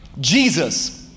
Jesus